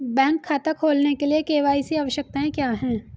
Bank खाता खोलने के लिए के.वाई.सी आवश्यकताएं क्या हैं?